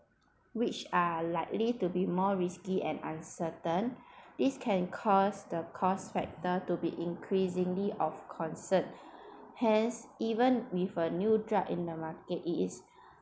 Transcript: which are likely to be more risky and uncertain this can cause the cost factor to be increasingly of concern hence even with a new drug in the market it is